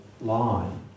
line